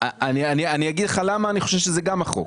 אני אגיד לך למה אני חושב שזה גם החוק: